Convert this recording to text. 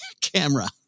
camera